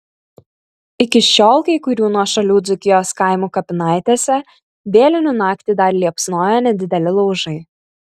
iki šiol kai kurių nuošalių dzūkijos kaimų kapinaitėse vėlinių naktį dar liepsnoja nedideli laužai